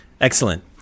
Excellent